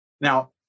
Now